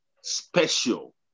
special